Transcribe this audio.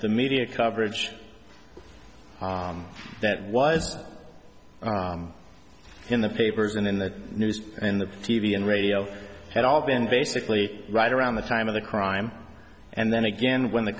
the media coverage that was in the papers and in the news and the t v and radio had all been basically right around the time of the crime and then again when the